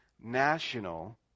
national